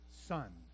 son